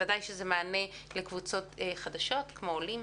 בוודאי שזה מענה לקבוצות חדשות, כמו עולים,